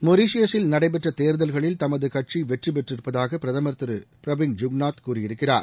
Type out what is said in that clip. மொரீசியசில் நடைபெற்ற தேர்தல்களில் தமது கட்சி வெற்றி பெற்று இருப்பதாக பிரதமர் திரு பிராவிங் ஜுகுநாத் கூறியிருக்கிறார்